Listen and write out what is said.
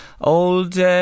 old